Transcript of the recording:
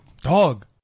Dog